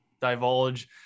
divulge